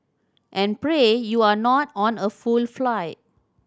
and pray you're not on a full flight